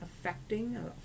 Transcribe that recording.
affecting